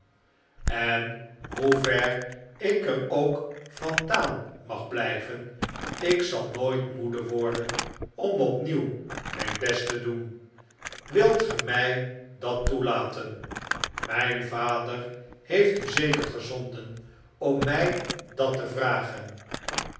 en hoe ver ik er ook vandaan mag blijven ik zal nooit moede worden om opnieuw mijn best te doen wilt ge mij dat toelaten mijn vader heeft u zeker gezonden om mij dat te vragen